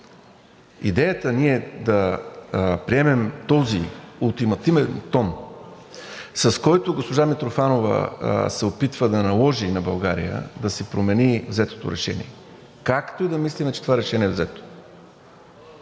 Идеята ние да приемем този ултимативен тон, с който госпожа Митрофанова се опитва да наложи на България да си промени взетото решение, както и да мислим, че това решение е взето,